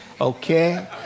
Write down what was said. Okay